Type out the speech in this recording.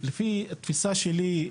לפי התפיסה שלי,